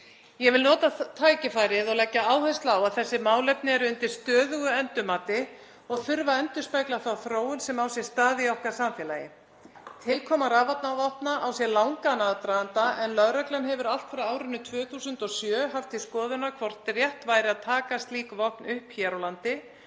Ég vil nota tækifærið og leggja áherslu á að þessi málefni eru undir stöðugu endurmati og þurfa að endurspegla þá þróun sem á sér stað í okkar samfélagi. Tilkoma rafvarnarvopna á sér langan aðdraganda. Lögreglan hefur allt frá árinu 2007 haft til skoðunar hvort rétt væri að taka slík vopn upp hér á landi